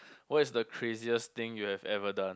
what is the craziest thing you have ever done